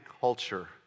culture